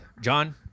John